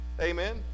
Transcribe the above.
Amen